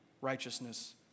righteousness